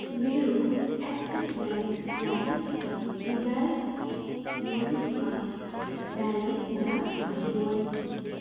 मेरो Axis bank Lime mobile वालेटमा balance जाँच गर्नु होस्